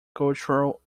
cultural